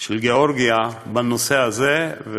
של גאורגיה בנושא הזה.